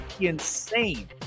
insane